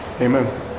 amen